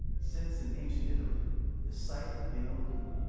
since in ancient italy the site had been a lagoon.